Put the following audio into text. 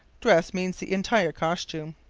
dress means the entire costume.